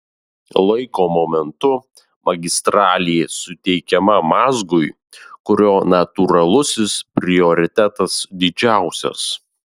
laiko momentu magistralė suteikiama mazgui kurio natūralusis prioritetas didžiausias